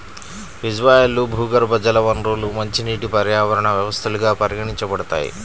రిజర్వాయర్లు, భూగర్భజల వనరులు మంచినీటి పర్యావరణ వ్యవస్థలుగా పరిగణించబడతాయి